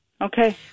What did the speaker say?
Okay